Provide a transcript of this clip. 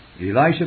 Elisha